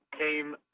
came